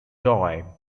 toy